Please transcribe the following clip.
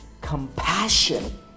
compassion